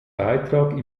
beitrag